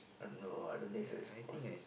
no I don't think so that's possible